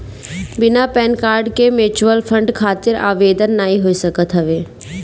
बिना PAN card के mutual fund खातिर आवेदन नाइ हो सकत हवे